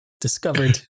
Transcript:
discovered